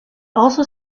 also